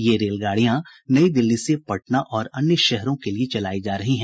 ये रेलगाड़ियां नई दिल्ली से पटना और अन्य शहरों के लिये चलायी जा रही हैं